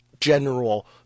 general